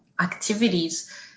activities